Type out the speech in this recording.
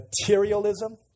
materialism